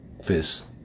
Fist